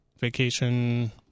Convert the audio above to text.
vacation